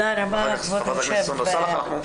אחריה חברת הכנסת סונדוס סאלח.